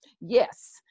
yes